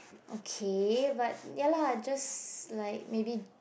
okay but ya lah just like maybe